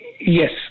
Yes